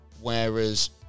Whereas